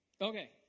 Okay